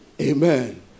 Amen